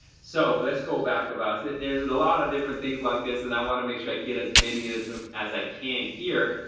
so let's go back about it, there's a lot of different things like this that i want to make sure i get as many of them as i can here.